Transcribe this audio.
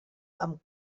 amb